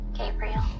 Gabriel